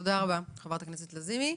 תודה רבה, חברת הכנסת לזימי.